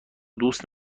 دوست